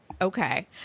Okay